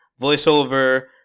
voiceover